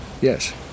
Yes